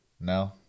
No